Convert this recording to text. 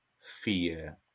fear